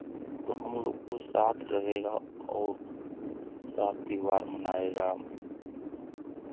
तो हमलोग को साथ रहेगा और साथ त्यौहार मनाएगा